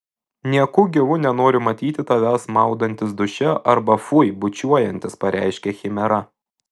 nieku gyvu nenoriu matyti tavęs maudantis duše arba fui bučiuojantis pareiškė chimera